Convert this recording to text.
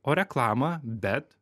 o reklamą bet